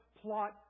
plot